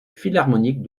philharmonique